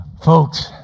Folks